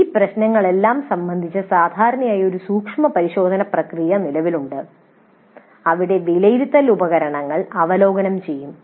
ഈ പ്രശ്നങ്ങളെല്ലാം സംബന്ധിച്ച് സാധാരണയായി ഒരു സൂക്ഷ്മപരിശോധന പ്രക്രിയ നിലവിലുണ്ട് അവിടെ വിലയിരുത്തൽ ഉപകരണങ്ങൾ അവലോകനം ചെയ്യും